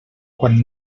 quan